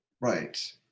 Right